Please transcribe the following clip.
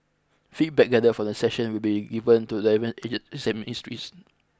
feedback gathered from the session will be given to the relevant agencies and ministries